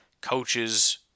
coaches